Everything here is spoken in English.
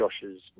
Josh's